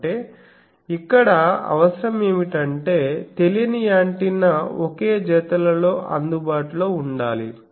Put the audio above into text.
అంటే ఇక్కడ అవసరం ఏమిటంటే తెలియని యాంటెన్నా ఒకే జతలలో అందుబాటులో ఉండాలి